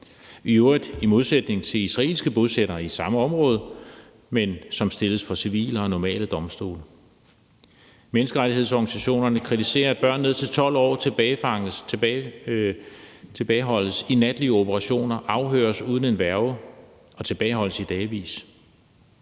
i øvrigt i modsætning til israelske bosættere i samme område, som stilles for civile og normale domstole. Menneskerettighedsorganisationerne kritiserer, at børn ned til 12 år tilbageholdes i natlige operationer, afhøres uden en værge og tilbageholdes i dagevis.